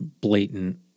blatant